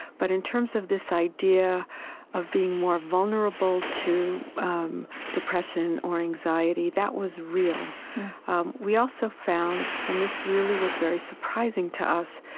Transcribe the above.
but in terms of this idea of being more vulnerable to um depression or anxiety, that was real we also found and this really was very surprising to us,